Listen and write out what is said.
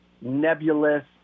nebulous